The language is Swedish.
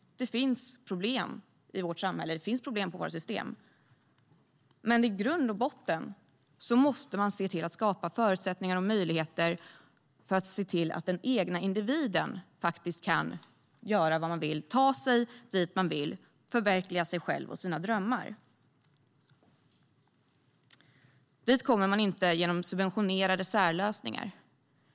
Det finns problem i vårt samhälle. Det finns problem i våra system. Men i grund och botten måste vi se till att skapa förutsättningar och möjligheter så att de enskilda individerna kan göra vad de vill, ta sig dit de vill och förverkliga sig själva och sina drömmar. Dit kommer man inte genom subventionerade särlösningar.